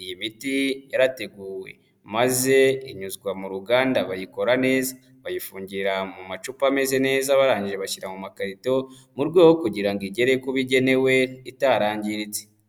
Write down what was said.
Iyi miti yarateguwe maze inyuzwa mu ruganda bayikora neza, bayifungira mu macupa ameze neza, barangije bashyira mu makarito, mu rwego rwo kugira ngo igere ku bo igenewe itarangiritse.